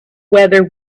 whether